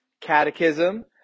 Catechism